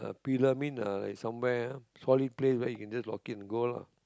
pills mean ah is somewhere solid place where you can just lock it and go lah